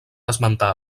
esmentar